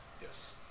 Yes